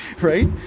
right